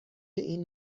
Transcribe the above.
این